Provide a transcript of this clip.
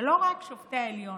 ולא רק שופטי העליון,